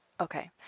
Okay